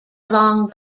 along